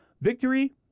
victory